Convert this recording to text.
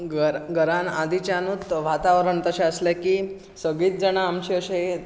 घरांन आदिच्यांन वातावरण तशें आसले की सगळींच जाण आमचीं अशें